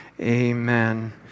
Amen